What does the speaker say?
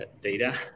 data